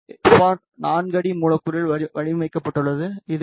R 4 அடி மூலக்கூறில் வடிவமைக்கப்பட்டுள்ளது இது இழப்பு